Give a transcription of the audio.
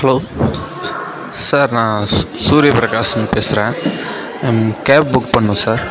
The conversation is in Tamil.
ஹலோ சார் நான் சு சூரிய பிரகாஷ்னு பேசுகிறேன் கேப் புக் பண்ணணும் சார்